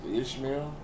Ishmael